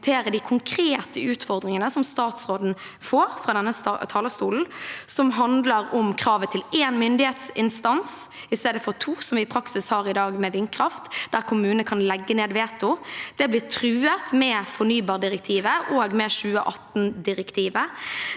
de konkrete utfordringene statsråden får fra denne talerstolen, som handler om kravet om én myndighetsinstans i stedet for to, som er det vi i praksis har i dag i vindkraftsaker, der kommunene kan legge ned veto. Det blir truet med fornybardirektivet og med 2018-direktivet.